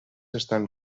estan